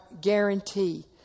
guarantee